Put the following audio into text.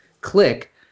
click